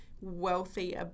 wealthy